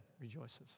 rejoices